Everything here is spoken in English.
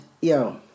yo